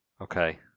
Okay